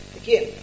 again